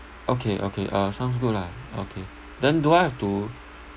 okay okay uh sounds good lah okay then do I have to